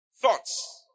Thoughts